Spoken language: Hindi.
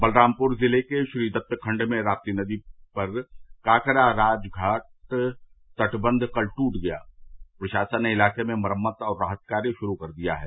बलरामपुर जिले के श्रीदत्त खंड में रापी नदी पर काकरा राजधाट तटबंध कल टूट गया प्रशासन ने इलाके में मरम्मत और राहत कार्य शुरू कर दिए हैं